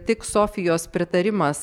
tik sofijos pritarimas